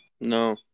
No